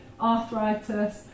arthritis